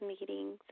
meetings